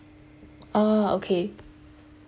oh okay